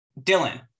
Dylan